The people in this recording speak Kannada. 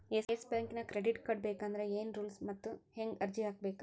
ಯೆಸ್ ಬ್ಯಾಂಕಿನ್ ಕ್ರೆಡಿಟ್ ಕಾರ್ಡ ಬೇಕಂದ್ರ ಏನ್ ರೂಲ್ಸವ ಮತ್ತ್ ಹೆಂಗ್ ಅರ್ಜಿ ಹಾಕ್ಬೇಕ?